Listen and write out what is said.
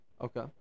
Okay